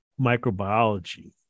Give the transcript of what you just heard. microbiology